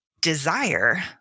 desire